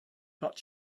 but